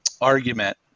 argument